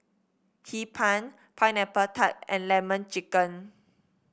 Hee Pan Pineapple Tart and lemon chicken